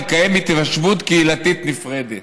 לקיים התיישבות קהילתית נפרדת"